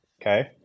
Okay